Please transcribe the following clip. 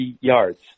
yards